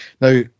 Now